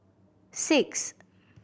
six